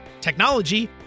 technology